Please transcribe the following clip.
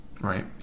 right